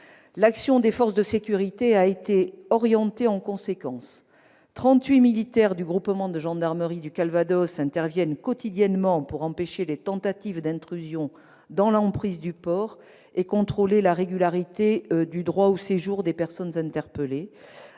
L'action des forces de sécurité intérieure a été orientée en conséquence : trente-huit militaires du groupement de gendarmerie du Calvados interviennent quotidiennement pour empêcher les tentatives d'intrusion dans l'emprise du port et contrôler la régularité du droit au séjour des personnes interpellées,